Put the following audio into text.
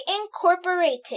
Incorporated